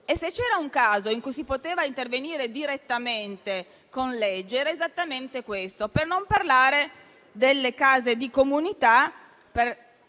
Se c'era un caso in cui si poteva intervenire direttamente con legge, era esattamente questo. Per non parlare delle case di comunità